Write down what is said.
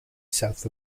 south